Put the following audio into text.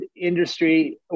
industry